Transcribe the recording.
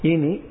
Ini